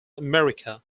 america